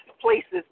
places